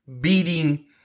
beating